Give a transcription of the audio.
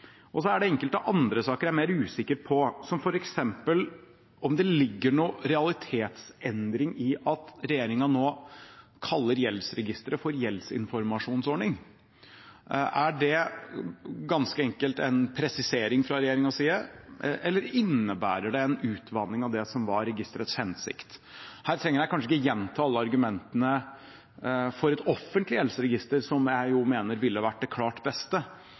og jeg tror det vil ha effekt. Det er enkelte andre saker jeg er mer usikker på, som f.eks. om det ligger en realitetsendring i at regjeringen nå kaller gjeldsregisteret for «gjeldsinformasjonsordning». Er det ganske enkelt en presisering fra regjeringens side, eller innebærer det en utvanning av det som var registerets hensikt? Her trenger jeg kanskje ikke gjenta alle argumentene for et offentlig gjeldsregister, som jeg mener ville vært det klart beste.